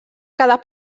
quedar